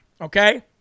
okay